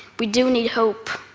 we do need hope,